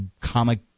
comic